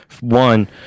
one